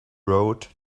road